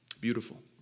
beautiful